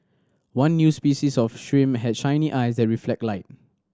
one new species of shrimp had shiny eyes that reflect light